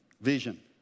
vision